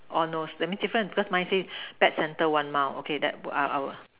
oh no that means different because mine said pet centre one mile okay that I I will